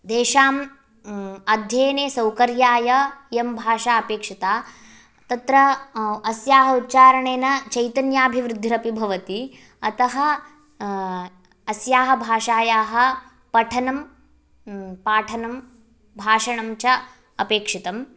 तेषाम् अध्ययने सौकर्याय इयं भाषा अपेक्षिता तत्र अस्याः उच्चारणेन चैतन्याभिवृद्धिर्भवति अतः अस्याः भाषायाः पठनं पाठनं भाषणं च अपेक्षितम्